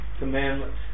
commandments